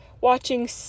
watching